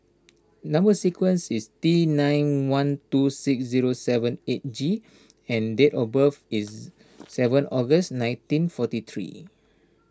Number Sequence is T nine one two six zero seven eight G and date of birth is seven August nineteen forty three